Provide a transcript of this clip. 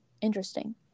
Interesting